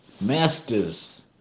masters